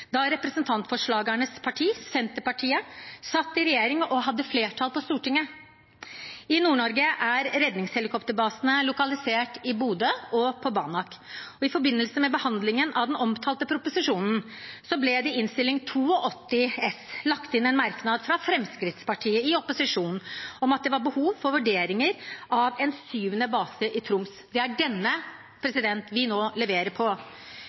da representantforslagsstillernes parti Senterpartiet satt i en regjering som hadde flertall på Stortinget. I Nord-Norge er redningshelikopterbasene lokalisert i Bodø og på Banak. I forbindelse med behandlingen av den omtalte proposisjonen ble det i Innst. 82 S for 2011–2012 lagt inn en merknad fra Fremskrittspartiet i opposisjon om at det var behov for vurderinger av en syvende base i Troms. Det er denne vi nå leverer på.